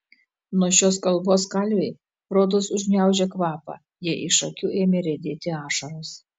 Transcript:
nuo šios kalbos kalvei rodos užgniaužė kvapą jai iš akių ėmė riedėti ašaros